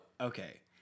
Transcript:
okay